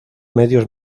medios